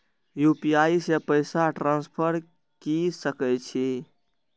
UPI से पैसा transfer की सके छी?